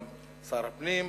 גם שר הפנים,